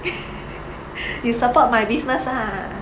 you support my business lah